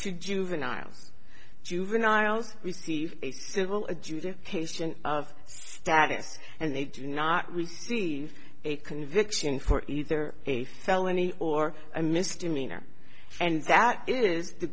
to juveniles juveniles receive civil adjudication of status and they do not receive a conviction for either a felony or a misdemeanor and that is the